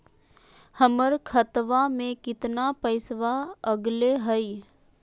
हमर खतवा में कितना पैसवा अगले हई?